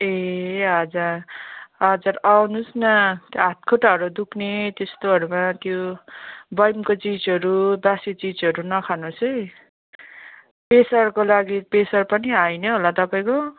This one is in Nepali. ए हजुर हजुर आउनुहोस् न हातखुट्टाहरू दुख्ने त्यस्तोहरूमा त्यो बयमको चिजहरू बासी चिजहरू नखानुहोस् है पेसरको लागि प्रेसर पनि हाई नै होला तपाईँको